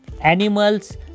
Animals